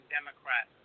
Democrat